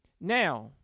Now